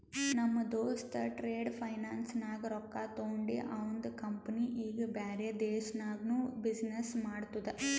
ನಮ್ ದೋಸ್ತ trade finance ನಾಗ್ ರೊಕ್ಕಾ ತೊಂಡಿ ಅವಂದ ಕಂಪನಿ ಈಗ ಬ್ಯಾರೆ ದೇಶನಾಗ್ನು ಬಿಸಿನ್ನೆಸ್ ಮಾಡ್ತುದ